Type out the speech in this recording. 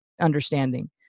understanding